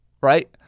right